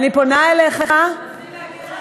אני פונה אליך, הוא לא שומע.